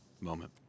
moment